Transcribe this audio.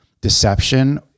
deception